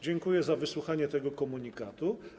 Dziękuję za wysłuchanie tego komunikatu.